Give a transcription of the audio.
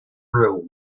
grilled